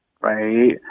right